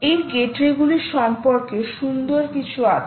এই গেটওয়েগুলির সম্পর্কে সুন্দর কিছু আছে